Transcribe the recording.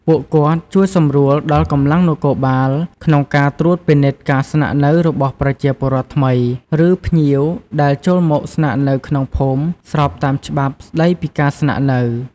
ពួកគាត់ជួយសម្រួលដល់កម្លាំងនគរបាលក្នុងការត្រួតពិនិត្យការស្នាក់នៅរបស់ប្រជាពលរដ្ឋថ្មី ឬភ្ញៀវដែលចូលមកស្នាក់នៅក្នុងភូមិស្របតាមច្បាប់ស្ដីពីការស្នាក់នៅ។